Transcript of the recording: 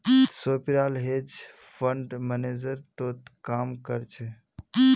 सोपीराल hedge fund manager तोत काम कर छ